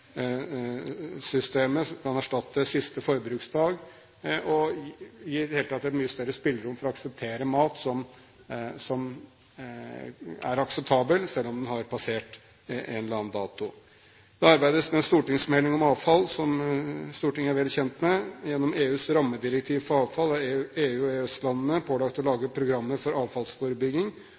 kan erstatte «siste forbruksdag», gir i det hele tatt et mye større spillerom for å akseptere mat selv om den har passert en eller annen dato. Det arbeides med en stortingsmelding om avfall, som Stortinget er vel kjent med. Gjennom EUs rammedirektiv for avfall er EU og EØS-landene pålagt å lage programmer for avfallsforebygging,